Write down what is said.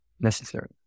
necessary